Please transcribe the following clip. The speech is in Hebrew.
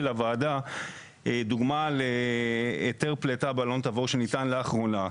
לוועדה דוגמה להיתר פליטה באלון תבור שניתן לאחרונה.